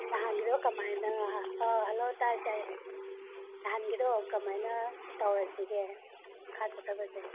ꯅꯍꯥꯟꯒꯤꯗꯣ ꯀꯃꯥꯏꯅ ꯍꯜꯂꯣ ꯇꯥꯏꯌꯦ ꯇꯥꯏꯌꯦ ꯅꯍꯥꯟꯒꯤꯗꯣ ꯀꯃꯥꯏꯅ ꯇꯧꯔꯁꯤꯒꯦ ꯃꯈꯥ ꯆꯠꯊꯕꯁꯦ